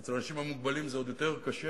אצל האנשים המוגבלים זה עוד יותר קשה,